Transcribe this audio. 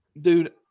dude